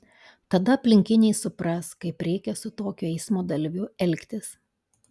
tada aplinkiniai supras kaip reikia su tokiu eismo dalyviu elgtis